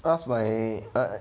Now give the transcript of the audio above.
ask my